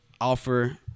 offer